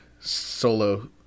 solo